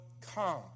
come